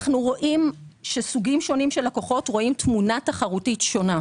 אנחנו רואים שסוגים שונים של לקוחות רואים תמונה תחרותית שונה.